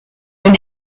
den